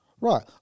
Right